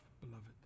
beloved